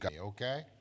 Okay